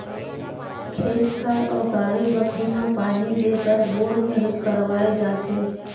खेत खार अउ बाड़ी बखरी म पानी देय बर बोर घलोक करवाए जाथे